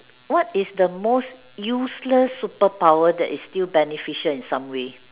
what is the most useless superpower that is still beneficial in some way